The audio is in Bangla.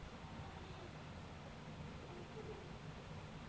ইমল ইক ধরলের চাষ যেখালে বিভিল্য জিলিসের চাষ ইকসাথে ক্যরা হ্যয় বেশি ফললের জ্যনহে